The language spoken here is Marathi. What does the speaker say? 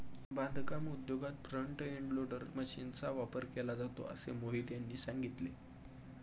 बांधकाम उद्योगात फ्रंट एंड लोडर मशीनचा वापर केला जातो असे मोहित यांनी सांगितले